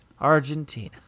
Argentina